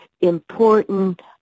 important